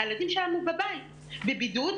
הילדים שלנו בבית בבידוד,